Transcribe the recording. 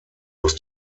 muss